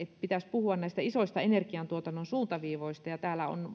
pitäisi puhua näistä isoista energiantuotannon suuntaviivoista täällä on